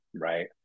right